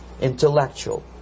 intellectual